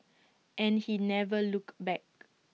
and he never looked back